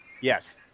Yes